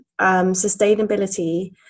sustainability